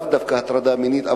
לאו דווקא הטרדה מינית,